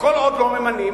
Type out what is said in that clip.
וכל עוד לא ממנים,